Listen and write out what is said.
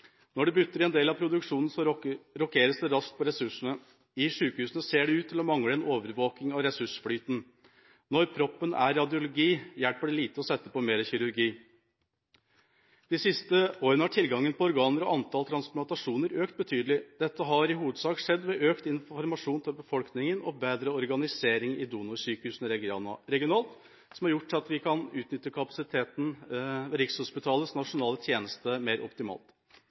Når det butter i en del av produksjonen, rokeres det raskt på ressursene. I sykehusene ser det ut til mangle en overvåking av ressursflyten. Når proppen er radiologi, hjelper det lite å sette inn mer kirurgi. De siste årene har tilgangen på organer og antall transplantasjoner økt betydelig. Det har i hovedsak skjedd ved økt informasjon til befolkningen og bedre organisering i donorsykehus regionalt, noe som har gjort at vi kan utnytte kapasiteten ved Rikshospitalets nasjonale tjeneste mer optimalt.